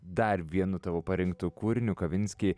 dar vienu tavo parinktu kūriniu kavinsky